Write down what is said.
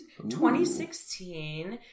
2016